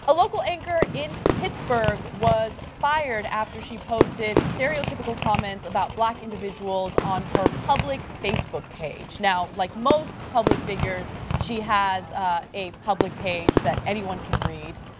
a local anchor in pittsburgh was fired after she posted stereotypical comments about black individuals on her public facebook page. like most public figures, she has ah a public page that anyone can read,